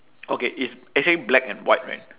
okay it's actually black and white right